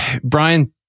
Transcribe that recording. Brian